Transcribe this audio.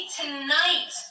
tonight